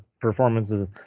performances